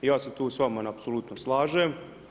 Ja se tu s vama apsolutno slažem.